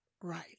Right